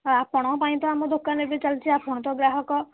ହଁ ଆପଣଙ୍କ ପାଇଁ ତ ଆମ ଦୋକାନ ଏବେ ଚାଲିଛି ଆପଣ ତ ଗ୍ରାହକ